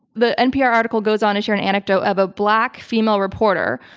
the npr article goes on is your an anecdote of a black female reporter,